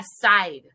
aside